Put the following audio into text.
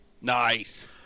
Nice